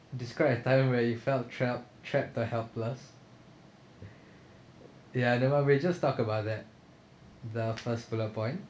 describe a time where you felt trap trap the helpless ya that one we just talk about that the first bullet point